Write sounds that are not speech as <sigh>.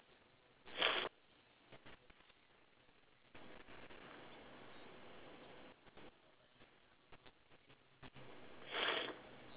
<noise>